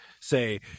say